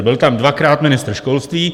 Byl tam dvakrát ministr školství.